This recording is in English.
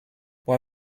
what